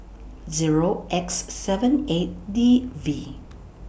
Zero X seven eight D V